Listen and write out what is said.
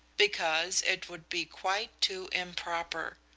because it would be quite too improper.